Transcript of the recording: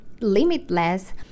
limitless